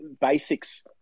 basics